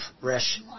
resh